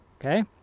Okay